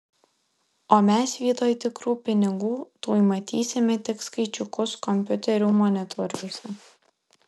o mes vietoj tikrų pinigų tuoj matysime tik skaičiukus kompiuterių monitoriuose